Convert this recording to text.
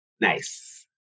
Nice